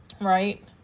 Right